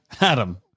Adam